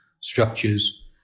structures